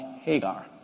Hagar